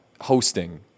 hosting